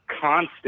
constant